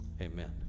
amen